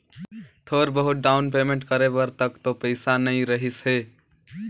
थोर बहुत down payment करे बर तक तो पइसा नइ रहीस हे